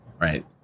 right